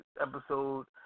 episode